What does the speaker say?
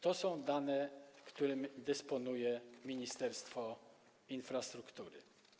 To są dane, którymi dysponuje Ministerstwo Infrastruktury.